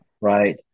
Right